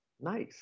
nice